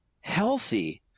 Healthy